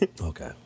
okay